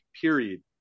period